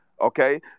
okay